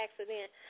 accident